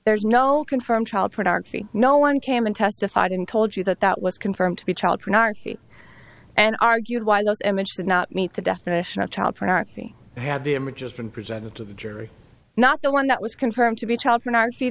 there's no confirmed child pornography no one came in testified and told you that that was confirmed to be child pornography and argued while those images did not meet the definition of child pornography to have the images been presented to the jury not the one that was confirmed to be child pornography